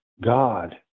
God